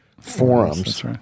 forums